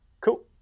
Cool